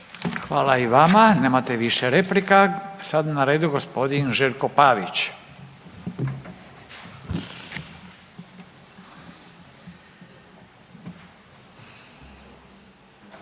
Hvala i vama. Nemate više replika. Sada je na redu g. Željko Pavić.